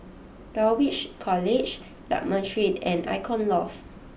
Dulwich College Lakme Street and Icon Loft